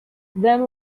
then